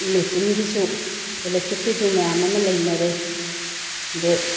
ꯃꯦꯆꯤꯟꯒꯤꯁꯨ ꯑꯦꯂꯦꯛꯇ꯭ꯔꯤꯛꯀꯤꯁꯨ ꯃꯌꯥꯝ ꯑꯃ ꯂꯩꯅꯔꯦ ꯑꯗꯨꯒ